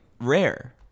rare